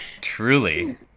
truly